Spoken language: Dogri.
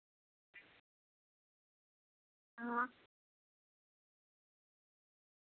हां